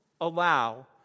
allow